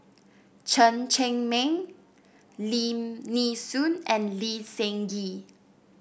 Chen Cheng Mei Lim Nee Soon and Lee Seng Gee